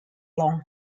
long